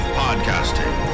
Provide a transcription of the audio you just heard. podcasting